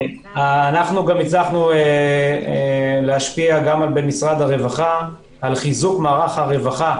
אנחנו גם הצלחנו להשפיע במשרד הרווחה על חיזוק מערך הרווחה.